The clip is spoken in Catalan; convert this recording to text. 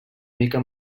mica